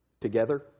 Together